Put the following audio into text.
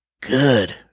Good